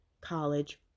college